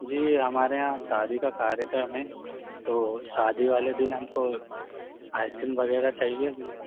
जी हमारे यहाँ शादी का कार्यक्रम है तो शादी वाले दिन हमको आइस क्रीम वग़ैरह चाहिए थी